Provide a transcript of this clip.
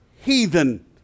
heathen